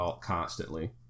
constantly